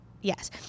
yes